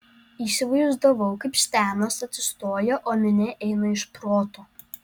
įsivaizdavau kaip stenas atsistoja o minia eina iš proto